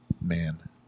man